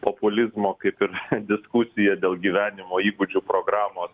populizmo kaip ir diskusija dėl gyvenimo įgūdžių programos